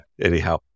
Anyhow